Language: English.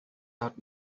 out